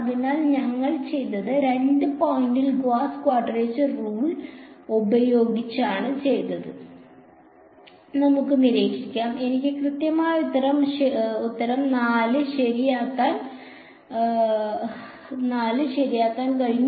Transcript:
അതിനാൽ ഞങ്ങൾ ചെയ്തത് 2 പോയിന്റിൽ ഗൌസ് ക്വാഡ്രേച്ചർ റൂൾ ഉപയോഗിച്ചാണ് ചെയ്തതെന്ന് നമുക്ക് നിരീക്ഷിക്കാം എനിക്ക് കൃത്യമായ ഉത്തരം 4 ശരിയാക്കാൻ കഴിഞ്ഞു